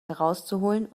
herauszuholen